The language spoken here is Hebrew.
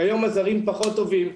כיום הזרים פחות טובים.